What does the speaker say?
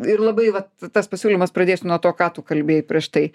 ir labai vat tas pasiūlymas pradėsiu nuo to ką tu kalbėjai prieš tai